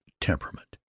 temperament